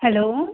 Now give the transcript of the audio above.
hello